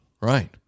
right